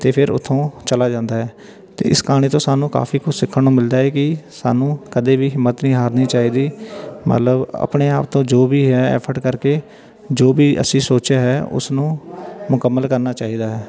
ਅਤੇ ਫਿਰ ਉੱਥੋਂ ਚਲਾ ਜਾਂਦਾ ਹੈ ਅਤੇ ਇਸ ਕਹਾਣੀ ਤੋਂ ਸਾਨੂੰ ਕਾਫੀ ਕੁਛ ਸਿੱਖਣ ਨੂੰ ਮਿਲਦਾ ਹੈ ਕਿ ਸਾਨੂੰ ਕਦੇ ਵੀ ਹਿੰਮਤ ਨਹੀਂ ਹਾਰਨੀ ਚਾਹੀਦੀ ਮਤਲਬ ਆਪਣੇ ਆਪ ਤੋਂ ਜੋ ਵੀ ਹੈ ਐਫਰਟ ਕਰਕੇ ਜੋ ਵੀ ਅਸੀਂ ਸੋਚਿਆ ਹੈ ਉਸਨੂੰ ਮੁਕੰਮਲ ਕਰਨਾ ਚਾਹੀਦਾ ਹੈ